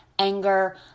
anger